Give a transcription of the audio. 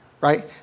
right